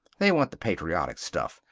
they want the patriotic stuff.